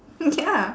ya